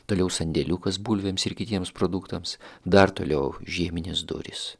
toliau sandėliukas bulvėms ir kitiems produktams dar toliau žieminės durys